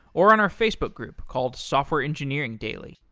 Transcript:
or on our facebook group, called software engineering daily.